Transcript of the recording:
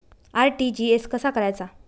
RTGS कसा करायचा?